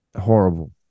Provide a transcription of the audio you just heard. horrible